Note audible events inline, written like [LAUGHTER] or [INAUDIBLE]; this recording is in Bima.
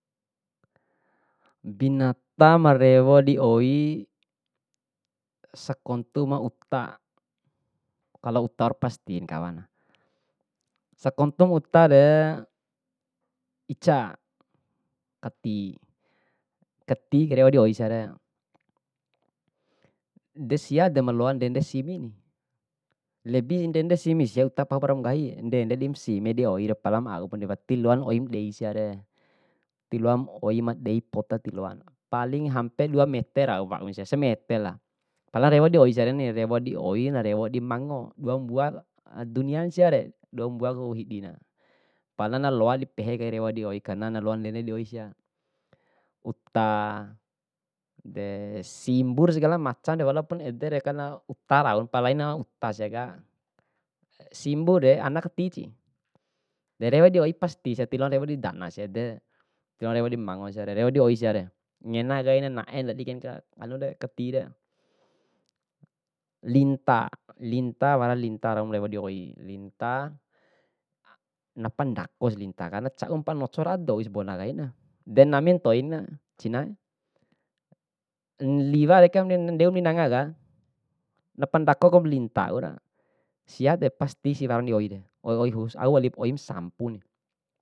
Binata ma rewo di oi, sakontu ma uta, kalo utara pasti de kawan. Sakontumu uta de, ica kati, kati rewo di oi siare, de sia de maloa ndende simini, lebi ndende simi sia uta pahupra dingahi, ndende dim simi di oi re palam aopa, wati loana di oi ma dei siare, tiloam oi ma dei poda, tiloan. Paling hape dua mete rau wao sia, samete lah, pala rewo di oi siani, rewo di oi narewo di ma mango. Dua mbuaku duniana siare, dua mbuaku hidina. Pala na loa dipehe kai rewo di oi karna na loa ndende di oi sia. Uta, [HESITATION] deh simbure segala macan walopun edere karna uta rau, pala laina uta siaka. Simbure ana kati si, derewo di oi tiloana rewo didana siade, ti loana rewo di mamango siare, rewo di oi siare, ngena kaina nae ndadi kaena sia, anure katire. Linta, linta wara linta rau ma rewo di oi, linta [UNINTELLIGIBLE] na pandako si linta karena cau pa'a noco ra'a dou si bona kaina, de nami ntoina, cinae [HESITATION] liwa dekamu ndeu di nangakan, na pandako ku ba linta waura, sia de pasti si laona di oi de, [UNINTELLIGIBLE] au walip oi ma sampuni.